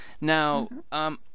now